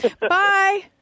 Bye